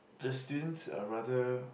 the students are rather